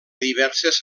diverses